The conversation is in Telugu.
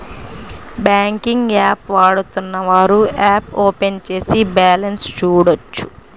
బ్యాంకింగ్ యాప్ వాడుతున్నవారు యాప్ ఓపెన్ చేసి బ్యాలెన్స్ చూడొచ్చు